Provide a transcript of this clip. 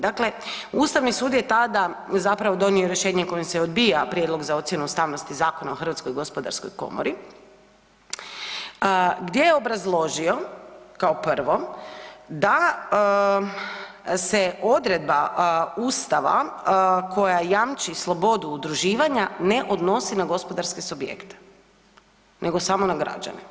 Dakle, Ustavni sud je tada zapravo donio rješenje kojim se odbija prijedlog za ocjenu ustavnosti Zakona o Hrvatskoj gospodarskoj komori gdje je obrazložio kao prvo da se odredba Ustava koja jamči slobodu udruživanja ne odnosi na gospodarske subjekte nego samo na građane.